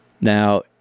Now